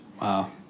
Wow